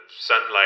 sunlight